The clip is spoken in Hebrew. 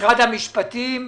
משרד המשפטים?